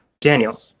Daniel